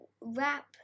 wrap